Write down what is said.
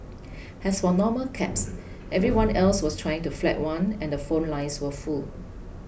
as for normal cabs everyone else was trying to flag one and the phone lines were full